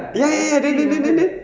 ya ya then then then